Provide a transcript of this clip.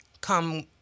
come